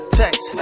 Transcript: text